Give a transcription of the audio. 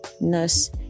nurse